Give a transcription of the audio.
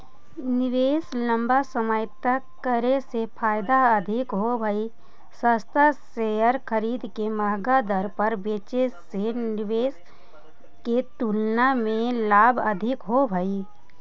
निवेश लंबा समय तक करे से फायदा अधिक होव हई, सस्ता शेयर खरीद के महंगा दर पर बेचे से निवेश के तुलना में लाभ अधिक होव हई